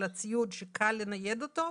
אלא ציוד שקל לנייד אותו.